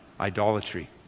Idolatry